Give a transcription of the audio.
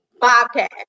bobcat